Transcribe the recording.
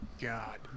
God